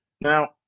now